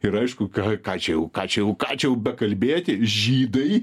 ir aišku ką ką čia jau ką čia jau ką čia jau bekalbėti žydai